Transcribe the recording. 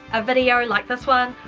a video like this one,